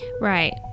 Right